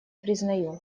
признаю